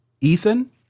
Ethan